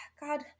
God